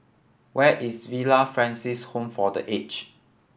where is Villa Francis Home for The Age